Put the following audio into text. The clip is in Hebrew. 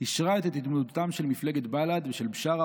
אישרה את התמודדותם של מפלגת בל"ד ושל בשארה,